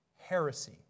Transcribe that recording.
heresy